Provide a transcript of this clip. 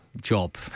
job